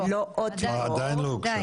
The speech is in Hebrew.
עדיין לא.